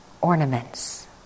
ornaments